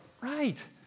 right